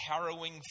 harrowing